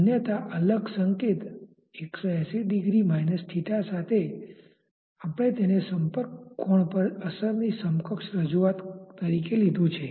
અન્યથા અલગ સંકેત 1800 𝛳 સાથે આપણે તેને સંપર્ક કોણ પર અસરની સમકક્ષ રજૂઆત તરીકે લીધું છે